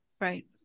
Right